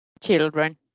Children